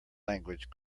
language